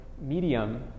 medium